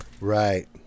Right